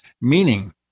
meaning